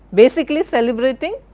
basically celebrating